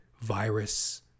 virus